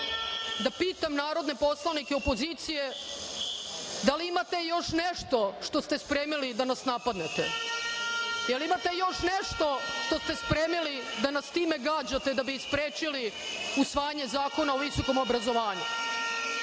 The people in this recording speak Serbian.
da pitam narodne poslanike opozicije da li imate još nešto što ste spremili da nas napadnete? Da li imate još nešto što ste spremili da nas sa time gađate da bi sprečili usvajanje Zakona o visokom obrazovanju?